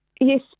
Yes